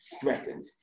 threatened